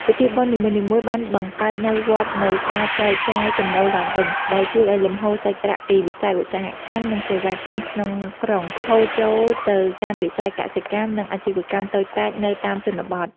ពិធីបុណ្យនីមួយៗបានបង្កើតនូវវដ្តនៃ "ការចែកចាយចំណូលឡើងវិញ" ដែលជួយឱ្យលំហូរសាច់ប្រាក់ពីវិស័យឧស្សាហកម្ម និងសេវាកម្មក្នុងក្រុង ហូរចូលទៅកាន់វិស័យកសិកម្ម និងអាជីវកម្មតូចតាចនៅតាមជនបទ។